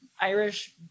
Irish